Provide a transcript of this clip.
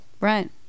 Right